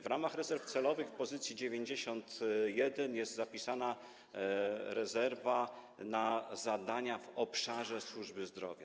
W ramach rezerw celowych w pozycji 91 jest zapisana rezerwa na zadania w obszarze służby zdrowia.